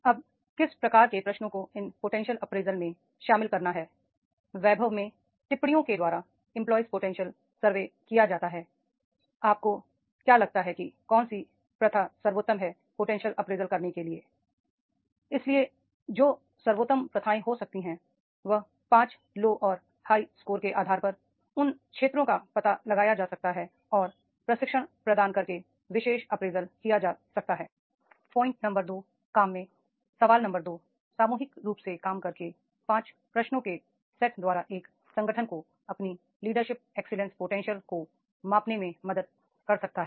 अब किस प्रकार के प्रश्नों को इन पोटेंशियल अप्रेजल में शामिल करना हैi वैभव में टिप्पणियों के द्वारा इंप्लॉय पोटेंशियल सर्वे किया जाता है आपको क्या लगता है कि कौन सी प्रथा सर्वोत्तम है पोटेंशियल अप्रेजल करने के लिएi इसलिए जो सर्वोत्तम प्रथाएं हो सकती हैं वह 5 लो और हाई स्कोर के आधार पर उन क्षेत्रों का पता लगाया जा सकता है और प्रशिक्षण प्रदान करके विशेष अप्रेजल किया जा सकता हैi प्वाइंट नंबर 2 काम में सवाल नंबर 2 सामूहिक रूप से काम करके पांच प्रश्नों के सेट द्वारा एक संगठन को अपनी लीडरशिप एक्सीलेंस पोटेंशियल को मापने में मदद कर सकता है